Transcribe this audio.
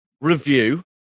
review